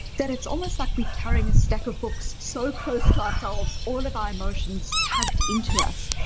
that it's almost like we carrying a stack of books so close to ourselves, all of our emotions tugged into us.